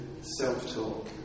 self-talk